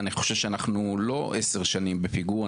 אני חשוב שאנחנו לא 10 שנים בפיגור,